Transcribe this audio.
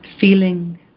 feeling